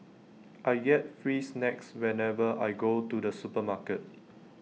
I get free snacks whenever I go to the supermarket